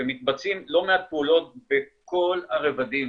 ומתבצעות לא מעט פעולות בכל הרבדים,